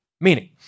Meaning